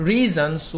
Reasons